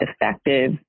effective